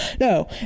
No